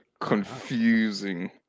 Confusing